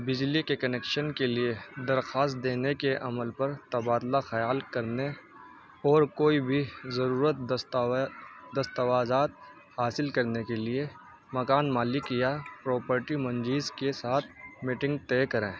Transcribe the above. بجلی کے کنیکشن کے لیے درخواست دینے کے عمل پر تبادلہ خیال کرنے اور کوئی بھی ضرورت دستاوازات حاصل کرنے کے لیے مکان مالی کیا پروپرٹی منجز کے ساتھ میٹنگ طے کریں